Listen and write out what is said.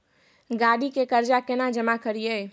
गाड़ी के कर्जा केना जमा करिए?